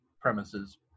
premises